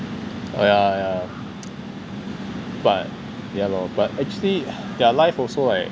ya ya but ya loh but actually their life also like